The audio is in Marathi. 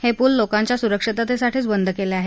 हे पूल लोकांच्या सुरक्षिततेसाठीच बंद केले आहेत